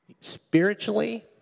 Spiritually